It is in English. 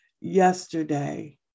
yesterday